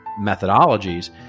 methodologies